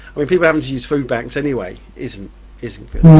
i mean people having to use food banks anyway isn't isn't good.